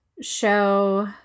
show